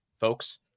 folks